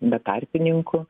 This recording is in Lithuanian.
be tarpininkų